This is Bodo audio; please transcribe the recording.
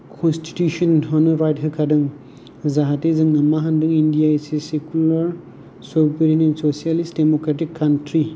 कनस्तितिउसन होनो राइत होखादों जाहाथे जोङो मा होनदों India is a secular sovereign and socialist democratic country